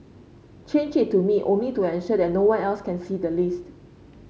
change it to me only to ensure that no one else can see the list